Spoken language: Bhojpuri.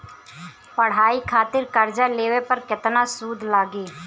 पढ़ाई खातिर कर्जा लेवे पर केतना सूद लागी?